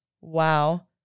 Wow